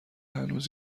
هنوز